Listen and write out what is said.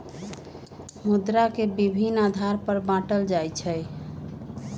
मुद्रा के विभिन्न आधार पर बाटल जाइ छइ